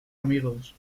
amigos